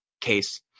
case